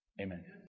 Amen